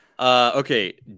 Okay